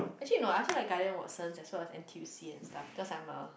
actually no lah I like guardian Watsons n_t_u_c and stuff cause I'm a